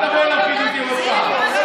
אל תבואי להפחיד אותי עוד פעם.